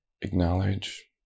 acknowledge